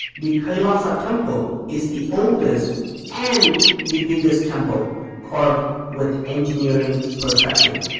the kailasa temple is the oldest and the biggest temple carved with engineering perfection.